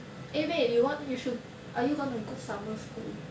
eh wait you want you should are you gonna go summer school